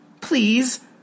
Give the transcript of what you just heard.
Please